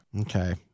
Okay